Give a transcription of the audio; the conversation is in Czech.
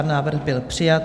Návrh byl přijat.